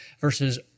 versus